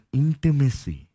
intimacy